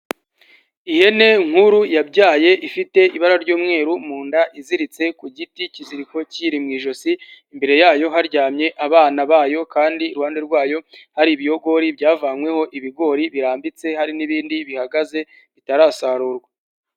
Ihene nkuru yabyaye ifite ibara ry'umweru mu nda, iziritse ku giti ikiziriko kiyiri mu ijosi, imbere yayo haryamye abana bayo kandi iruhande rwayo hari ibiyogori byavanyweho ibigori birambitse hari n'ibindi bihagaze bitarasarurwa.